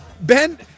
Ben